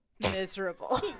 Miserable